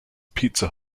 pizza